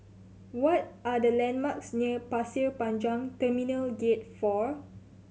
what are the landmarks near Pasir Panjang Terminal Gate Four